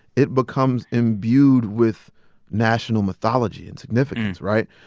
it becomes imbued with national mythology and significance, right?